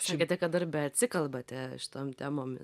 sakėte kad darbe atsikalbate šitom temomis